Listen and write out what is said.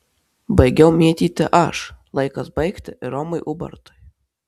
baigiau mėtyti aš laikas baigti ir romui ubartui